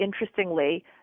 interestingly